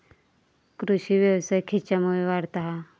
कृषीव्यवसाय खेच्यामुळे वाढता हा?